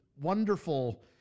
wonderful